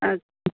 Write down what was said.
अच्छा